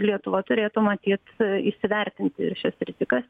lietuva turėtų matyt įsivertinti ir šias rizikas